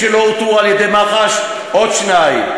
חבר הכנסת טיבי, תשמע אותי.